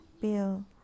bill